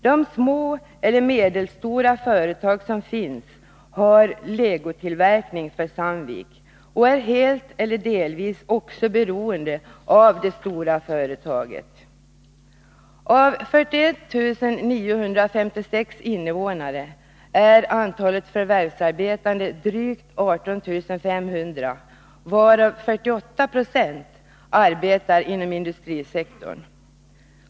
De små eller medelstora företag som finns har legotillverkning för Sandvik och är helt eller delvis också beroende av det stora företaget. Av 41 956 invånare är antalet förvärvsarbetande drygt 18 500, varav 48 9o arbetar inom industrisektorn.